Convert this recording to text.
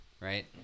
Right